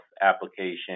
application